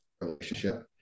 relationship